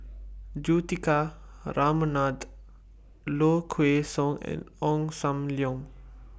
Juthika Ramanathan Low Kway Song and Ong SAM Leong